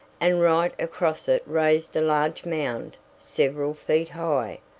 and right across it raised a large mound several feet high.